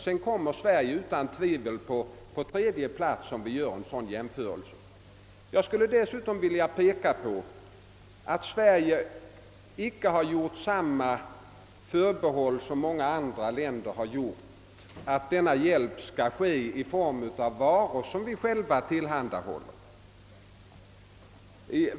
Sedan kommer Sverige utan tvivel på tredje plats. Jag skulle dessutom vilja peka på att Sverige inte har gjort samma förbehåll som andra länder, nämligen att denna hjälp skall ske i form av varor som vi själva tillhandahåller.